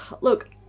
look